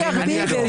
ירים את ידו.